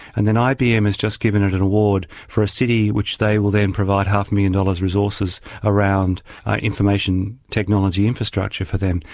and then ibm has just given it an award for a city which they will then provide half a million dollars resources around information technology infrastructure for them.